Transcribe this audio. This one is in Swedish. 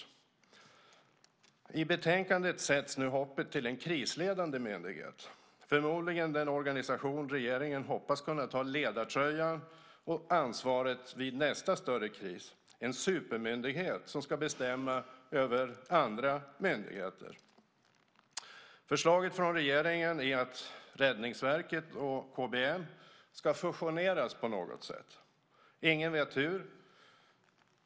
Enligt betänkandet sätts nu hoppet till en krisledande myndighet, förmodligen en organisation som regeringen hoppas kunna ta ledartröjan och ansvaret för vid nästa större kris - en supermyndighet som ska bestämma över andra myndigheter. Förslaget från regeringen är att Räddningsverket och KBM ska fusioneras på något sätt. Ingen vet hur.